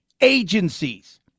agencies